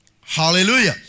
Hallelujah